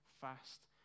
fast